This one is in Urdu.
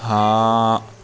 ہاں